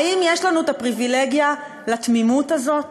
האם יש לנו פריבילגיה לתמימות הזאת?